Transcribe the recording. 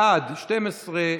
בעד, 12,